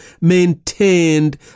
maintained